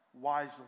wisely